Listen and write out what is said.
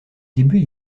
début